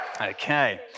Okay